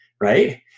right